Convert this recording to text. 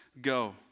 go